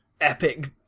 epic